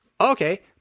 okay